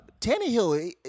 Tannehill